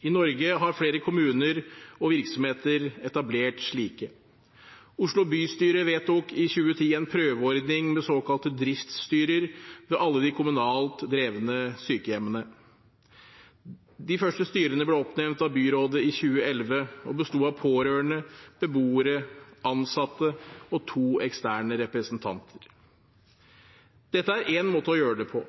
I Norge har flere kommuner og virksomheter etablert slike. Oslo bystyre vedtok i 2010 en prøveordning med såkalte driftsstyrer ved alle de kommunalt drevne sykehjemmene. De første styrene ble oppnevnt av byrådet i 2011, og besto av pårørende, beboere, ansatte og to eksterne representanter. Dette er én måte å gjøre det på.